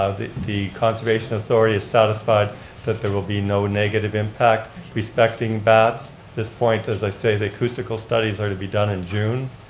ah the the conservation authority is satisfied that there will be no negative impact respecting bats. at this point, as i say, the acoustical studies are to be done in june,